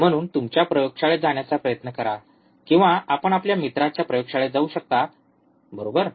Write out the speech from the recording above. म्हणून तुमच्या प्रयोगशाळेत जाण्याचा प्रयत्न करा किंवा आपण आपल्या मित्राच्या प्रयोगशाळेत जाऊ शकता बरोबर